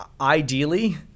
ideally –